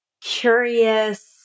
curious